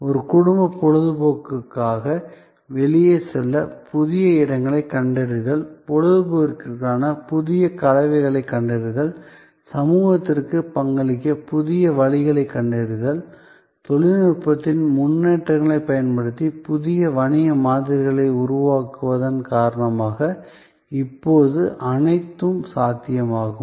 ஒரு குடும்ப பொழுதுபோக்குக்காக வெளியே செல்ல புதிய இடங்களைக் கண்டறிதல் பொழுதுபோக்கிற்கான புதிய கலவைகளைக் கண்டறிதல் சமூகத்திற்கு பங்களிக்க புதிய வழிகளைக் கண்டறிதல் தொழில்நுட்பத்தின் முன்னேற்றங்களைப் பயன்படுத்தி புதிய வணிக மாதிரிகளை உருவாக்குவதன் காரணமாக இப்போது அனைத்தும் சாத்தியமாகும்